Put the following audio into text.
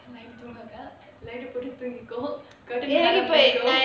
night தூங்கலை:thoongalai light போட்டு தூங்கிக்கோ:pottu thoongiko